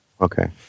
Okay